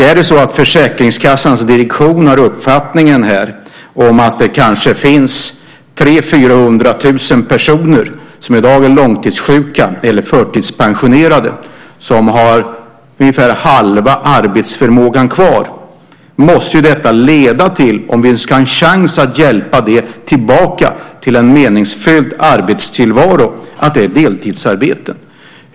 Är det så att Försäkringskassans direktion här har uppfattningen att det kanske finns 300 000-400 000 personer som i dag är långtidssjuka eller förtidspensionerade och som har ungefär halva arbetsförmågan kvar måste ju detta, om vi ska ha en chans att hjälpa dessa tillbaka till en meningsfull arbetstillvaro, leda till deltidsarbete.